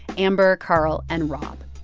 amber, carl and rob.